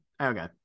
Okay